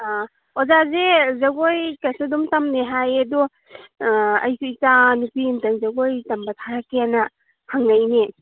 ꯑꯣꯖꯥꯁꯦ ꯖꯒꯣꯏꯒꯁꯨ ꯑꯗꯨꯝ ꯇꯝꯃꯦ ꯍꯥꯏꯌꯦ ꯑꯗꯣ ꯑꯩꯁꯨ ꯏꯆꯥ ꯅꯨꯄꯤ ꯑꯝꯇꯪ ꯖꯒꯣꯏ ꯇꯝꯕ ꯊꯥꯔꯛꯀꯦꯅ ꯍꯪꯉꯛꯏꯅꯦ